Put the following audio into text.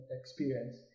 experience